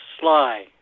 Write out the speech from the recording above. sly